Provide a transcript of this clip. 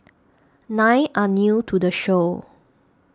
nine are new to the show